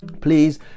Please